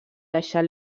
deixar